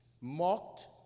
mocked